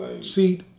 seat